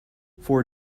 for